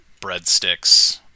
breadsticks